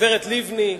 לגברת לבני,